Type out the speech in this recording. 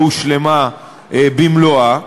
לא הושלמה במלואה,